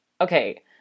okay